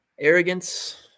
Arrogance